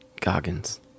Goggins